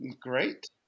Great